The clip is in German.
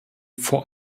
vor